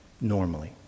normally